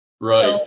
Right